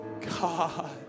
God